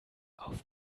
auf